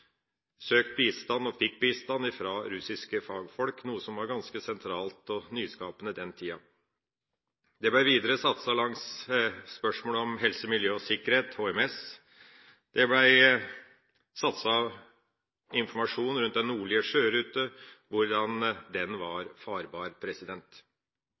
søkt bistand – og man fikk bistand – fra russiske fagfolk, noe som var ganske sentralt og nyskapende på den tida. Det ble videre satset innenfor spørsmål om helse, miljø og sikkerhet, HMS, og det ble satset på informasjon rundt den nordlige sjørute, hvordan den